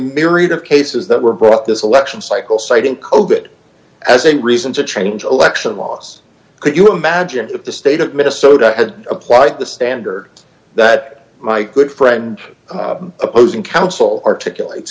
myriad of cases that were brought up this election cycle citing coded as a reason to change election laws could you imagine if the state of minnesota had applied the standard that my good friend opposing counsel articulate